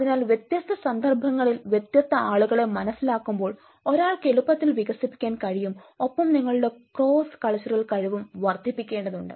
അതിനാൽ വ്യത്യസ്ത സന്ദർഭങ്ങളിൽ വ്യത്യസ്ത ആളുകളെ മനസ്സിലാക്കുമ്പോൾ ഒരാൾക്ക് എളുപ്പത്തിൽ വികസിപ്പിക്കാൻ കഴിയും ഒപ്പം നിങ്ങളുടെ ക്രോസ് കൾച്ചറൽ കഴിവും വർദ്ധിപ്പിക്കേണ്ടതുണ്ട്